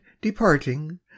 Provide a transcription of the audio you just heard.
departing